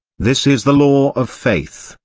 this is the law of faith,